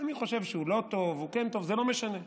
אני חושב שהוא לא טוב או כן טוב, זה לא משנה.